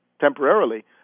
temporarily